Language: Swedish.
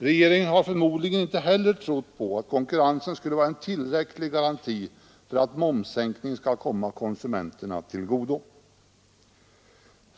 Regeringen har förmodligen inte heller trott på att konkurrensen skulle vara en tillräcklig garanti för att momssänkningen skall komma konsumenterna till godo.